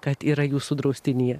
kad yra jūsų draustinyje